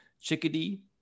chickadee